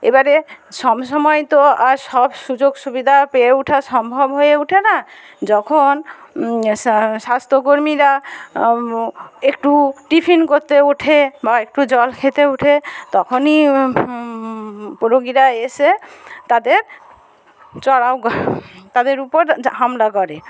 এবারে সবসময় তো আর সব সুযোগ সুবিধা পেয়ে ওঠা সম্ভব হয়ে উঠে না যখন স্বাস্থ্যকর্মীরা একটু টিফিন করতে ওঠে বা একটু জল খেতে ওঠে তখনি রুগীরা এসে তাদের চড়াও তাদের উপর হামলা করে